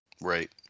right